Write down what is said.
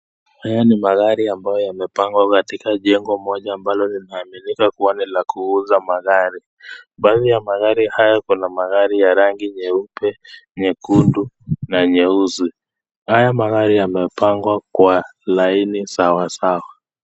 Haya ni magari ambayo yamepangwa katika jengo moja ambalo linaaminika kuwa ni la kuuza magari, baadhi ya magari haya kuna magari ya rangi nyeupe , nyekundu na nyeusi . Haya magari yamepangwa kwa laini sawasawa.